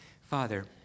Father